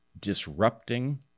disrupting